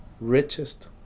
richest